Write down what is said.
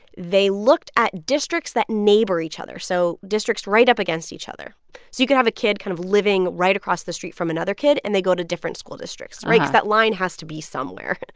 they looked at districts that neighbor each other so districts right up against each other. so you could have a kid kind of living right across the street from another kid, and they go to different school districts and right? cause that line has to be somewhere.